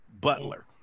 butler